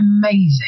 amazing